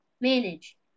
manage